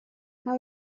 how